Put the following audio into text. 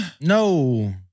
No